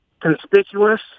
conspicuous